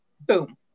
boom